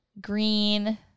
green